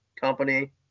company